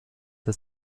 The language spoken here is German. das